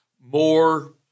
more